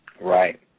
Right